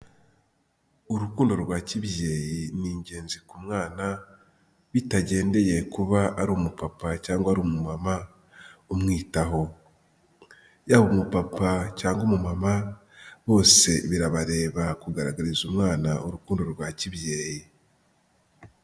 Urukundo rwa kibyeyi ni ingenzi ku mwana, bitagendeye kuba ari umupapa cyangwa ari umumama umwitaho. Yaba umupapa cyangwa umumama, bose birabareba kugaragariza umwana urukundo rwa kibyeyi.